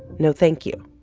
no, thank you.